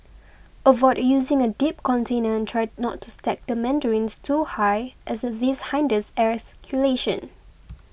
avoid using a deep container and try not to stack the mandarins too high as this hinders air circulation